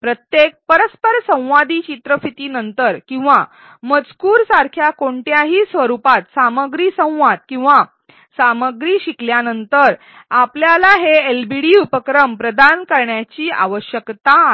प्रत्येक परस्परसंवादी चित्रफिती नंतर किंवा मजकूर सारख्या कोणत्याही स्वरूपात सामग्री संवाद किंवा सामग्री शिकल्यानंतर आपल्याला हे एलबीडी उपक्रम प्रदान करण्याची आवश्यकता आहे